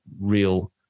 real